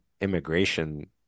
immigration